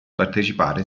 partecipare